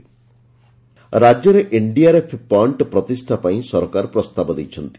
NDRF ପଏଣ୍ ରାକ୍ୟରେ NDRF ପଏକ୍କ ପ୍ରତିଷା ପାଇଁ ସରକାର ପ୍ରସ୍ତାବ ଦେଇଛନ୍ତି